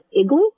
igloo